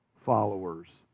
followers